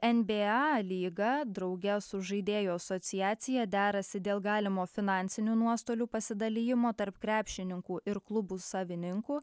nba lyga drauge su žaidėjų asociacija derasi dėl galimo finansinių nuostolių pasidalijimo tarp krepšininkų ir klubų savininkų